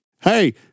Hey